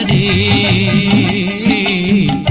e,